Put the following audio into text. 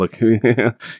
look